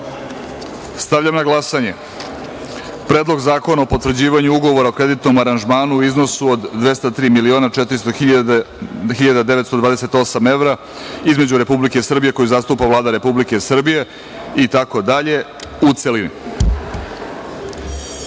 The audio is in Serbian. .Stavljam na glasanje, Predlog zakona o potvrđivanju Ugovora o kreditnom aranžmanu u iznosu od 203.400.928 evra između Republike Srbije, koju zastupa Vlada Republike Srbije, postupajući